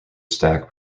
stack